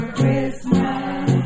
Christmas